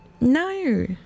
No